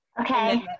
Okay